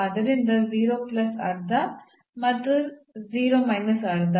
ಆದ್ದರಿಂದ 0 ಪ್ಲಸ್ ಅರ್ಧ ಮತ್ತು 0 ಮೈನಸ್ ಅರ್ಧ